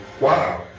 Wow